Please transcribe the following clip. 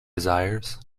desires